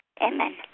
Amen